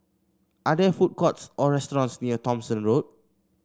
are there food courts or restaurants near Thomson Road